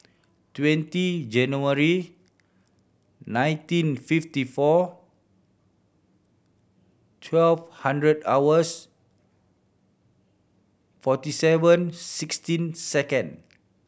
twenty January nineteen fifty four twelve hundred hours forty seven sixteen second